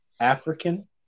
African